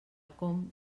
com